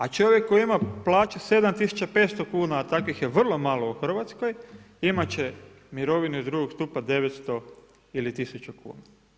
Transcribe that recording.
A čovjek koji ima plaću 7500 kuna, a takvih je vrlo malo u RH, imati će mirovinu iz drugog stupa 900 ili 1000 kuna.